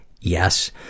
Yes